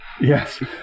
Yes